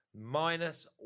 minus